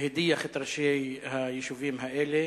והדיח את ראשי היישובים האלה: